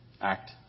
act